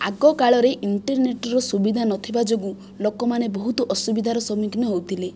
ଆଗ କାଳରେ ଇଣ୍ଟରନେଟର ସୁବିଧା ନଥିବା ଯୋଗୁଁ ଲୋକମାନେ ବହୁତ ଅସୁବିଧାର ସମ୍ମୁଖୀନ ହେଉଥିଲେ